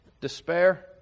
despair